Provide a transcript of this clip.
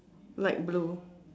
light blue